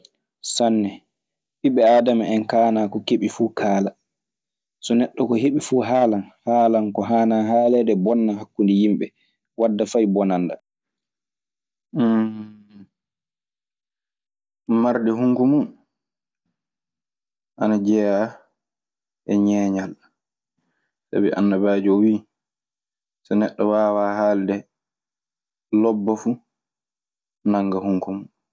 Sanne ɓiɓɓe adama hen kana ko keɓi fu kala. So neɗo ko heɓi fu halam, halam ko yana halede bonna hakuɗe yimɗe, wadde feyi bonanda. marde hunoko mun, ana jeya e ñeeñal. Sabi annabaajo o wiy: so neɗɗo waawaa haalde lobba fuu, nagga hunoko mum.